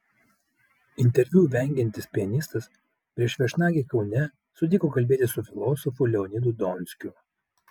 interviu vengiantis pianistas prieš viešnagę kaune sutiko kalbėtis su filosofu leonidu donskiu